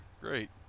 Great